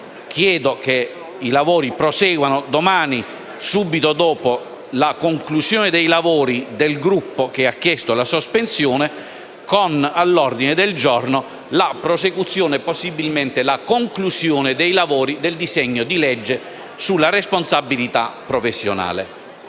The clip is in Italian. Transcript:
chiedo che i lavori proseguano domani, subito dopo la conclusione dei lavori del Gruppo che ha chiesto la sospensione, con all'ordine del giorno la prosecuzione e possibilmente la conclusione dell'esame del disegno di legge sulla responsabilità professionale